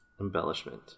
Embellishment